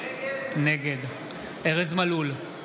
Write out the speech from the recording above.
נגד ארז מלול,